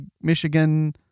Michigan